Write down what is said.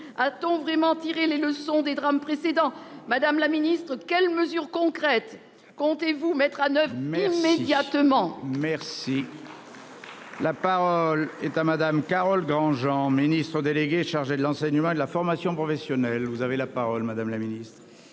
A-t-on vraiment tiré les leçons des drames précédents. Madame la ministre, quelles mesures concrètes, comptez-vous mettre à 9000 immédiatement. Merci. La parole est à Madame. Carole Granjean, ministre déléguée chargée de l'enseignement et de la formation professionnelle, vous avez la parole madame la Ministre.